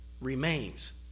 remains